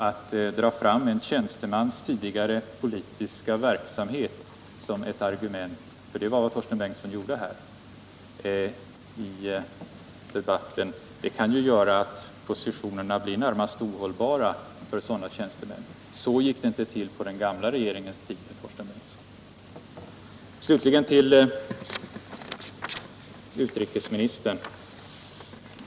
Att då dra fram en tjänstemans tidigare politiska verksamhet som ett argument i debatten — det var vad Torsten Bengtson här gjorde — kan ju leda till att positionerna blir närmast ohållbara för sådana tjänstemän. Så gick det inte till på den gamla regeringens tid. Slutligen vill jag vända mig till utrikesministern.